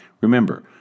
Remember